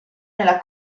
nella